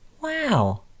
Wow